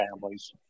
families